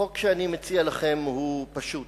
החוק שאני מציע לכם הוא פשוט.